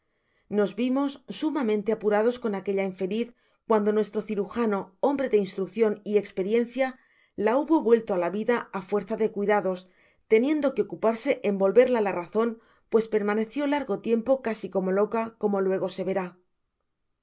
nos vimos sumamente apurados con aquella infeliz cuando nuestro cirujano hombre de instruccion y esperiencia la hubo vuelto á la vida á fuerza de cuidados teniendo que ocuparse en volverla la razon pues permanecio largo tiempo casi como loca como luego se veri